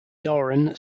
doran